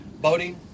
boating